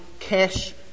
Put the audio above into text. cash